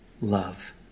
love